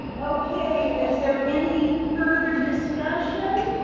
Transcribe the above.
okay, is there any further discussion?